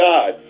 God